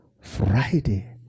Friday